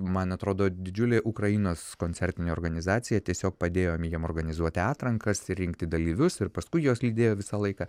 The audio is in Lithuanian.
man atrodo didžiulė ukrainos koncertinė organizacija tiesiog padėjom jiem organizuoti atrankas ir rinkti dalyvius ir paskui juos lydėjo visą laiką